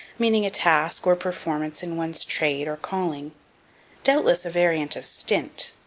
meaning a task, or performance in one's trade, or calling doubtless a variant of stint,